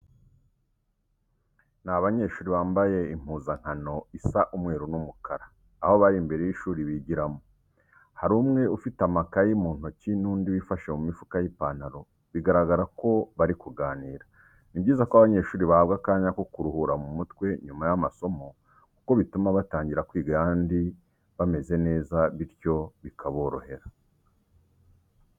Ni abanyeshuri bambaye impuzankano isa umweru n'umukara, aho bari imbere y'ishuri bigiramo. Hari umwe ufite amakayi mu ntoki n'undi wifashe mu mifuka y'ipantaro, bigaragara ko bari kuganira. Ni byiza ko abanyeshuri bahabwa akanya ko kuruhura mu mutwe nyuma y'amasomo kuko bituma batangira kwiga ayandi bameze neza bityo bikaborohera.